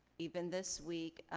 even this week,